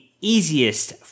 easiest